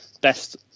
best